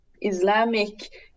islamic